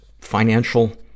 financial